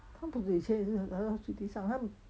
他不以前也是来都睡地上